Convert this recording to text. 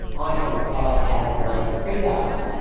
i can apply to have it made freehold.